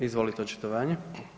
Izvolite očitovanje.